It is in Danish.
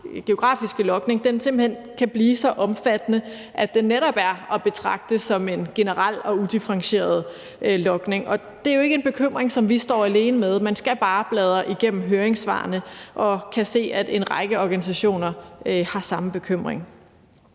geografiske logning simpelt hen kan blive så omfattende, at den netop er at betragte som en generel og udifferentieret logning. Det er jo ikke en bekymring, som vi står alene med. Man skal bare bladre igennem høringssvarene for at se, at en række organisationer har samme bekymring.